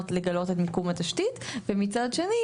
כדלי לגלות את מיקום התשתית ומצד שני,